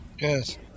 Yes